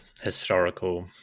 historical